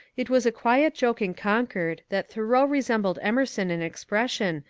it was a quiet joke in concord that thoreau resembled emerson in expression,